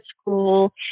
school